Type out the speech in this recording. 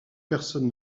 personne